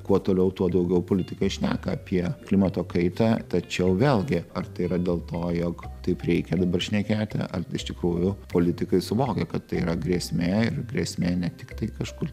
kuo toliau tuo daugiau politikai šneka apie klimato kaitą tačiau vėlgi ar tai yra dėl to jog taip reikia dabar šnekėti ar iš tikrųjų politikai suvokia kad tai yra grėsmė ir grėsmė ne tiktai kažkur